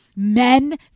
Men